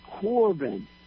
Corbin